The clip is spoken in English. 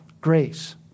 grace